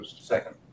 Second